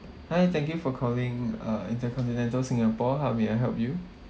hi thank you for calling uh intercontinental singapore how may I help you